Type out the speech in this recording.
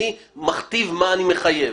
אני מכתיב מה אני מחייב.